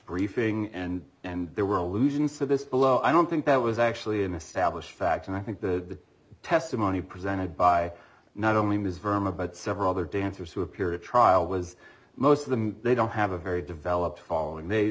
briefing and and there were allusions to this below i don't think that was actually an established fact and i think the testimony presented by not only ms vermeer but several other dancers who appear at trial was most of them they don't have a very developed following they